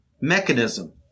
mechanism